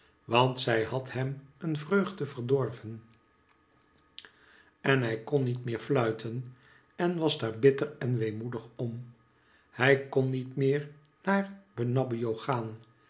want zij had hem een vreugde verdorven en hij kon niet meer fluiten en was daar bitter en weemoedig om hij kon niet meer naar benabbio gaan